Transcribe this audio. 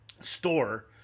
store